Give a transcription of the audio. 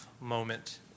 moment